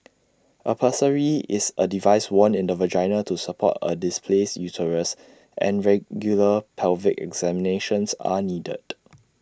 A pessary is A device worn in the vagina to support A displaced uterus and regular pelvic examinations are needed